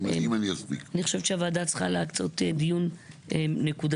אני חושבת שהוועדה צריכה לעשות דיון נקודתי